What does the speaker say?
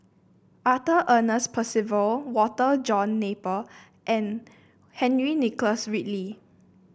Arthur Ernest Percival Walter John Napier and Henry Nicholas Ridley